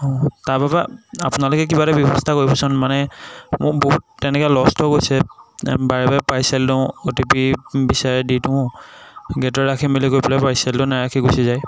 অঁ তাৰবাবে আপোনালোকে কিবা এটা ব্যৱস্থা কৰিবচোন মানে মোৰ বহুত তেনেকৈ লষ্ট হৈ গৈছে বাৰে বাৰে পাৰ্চেল দিওঁ অ' টি পি বিচাৰে দি দিওঁ গেটত ৰাখিম বুলি কৈ পেলাই পাৰ্চেলটো নাৰাখি গুচি যায়